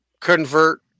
Convert